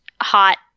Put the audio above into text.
hot